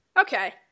Okay